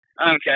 Okay